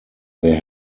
there